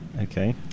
Okay